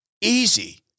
easy